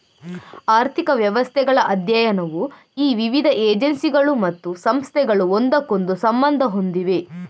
ಆರ್ಥಿಕ ವ್ಯವಸ್ಥೆಗಳ ಅಧ್ಯಯನವು ಈ ವಿವಿಧ ಏಜೆನ್ಸಿಗಳು ಮತ್ತು ಸಂಸ್ಥೆಗಳು ಒಂದಕ್ಕೊಂದು ಸಂಬಂಧ ಹೊಂದಿವೆ